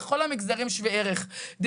שווה ערך בכל המגזרים.